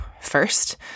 First